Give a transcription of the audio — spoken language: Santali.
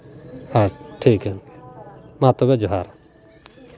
ᱦᱮᱸ ᱴᱷᱤᱠᱟᱹᱱ ᱜᱮᱭᱟ ᱢᱟ ᱛᱚᱵᱮ ᱡᱚᱦᱟᱨ